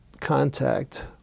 contact